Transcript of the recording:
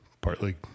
partly